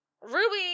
Ruby